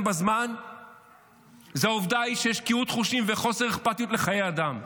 הוא העובדה שיש קהות חושים וחוסר אכפתיות לחיי אדם.